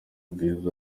bwiza